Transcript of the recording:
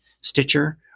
Stitcher